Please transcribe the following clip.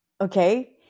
okay